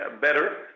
better